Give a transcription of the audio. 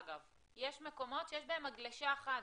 יש מקומות שיש בהם מגלשה אחת.